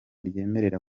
ryemerera